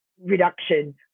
reduction